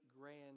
grand